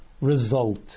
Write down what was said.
result